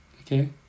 Okay